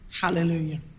Hallelujah